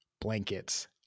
blankets